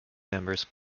members